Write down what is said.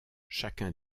chacun